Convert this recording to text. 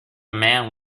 man